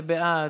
בעד,